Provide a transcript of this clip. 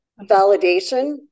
validation